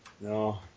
no